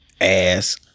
Ass